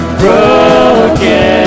broken